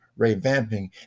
revamping